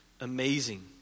amazing